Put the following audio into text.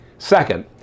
Second